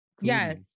Yes